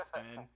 ten